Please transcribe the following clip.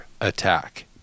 attack